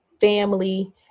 family